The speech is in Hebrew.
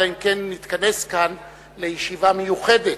אלא אם כן נתכנס כאן לישיבה מיוחדת.